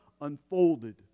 unfolded